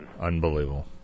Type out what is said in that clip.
Unbelievable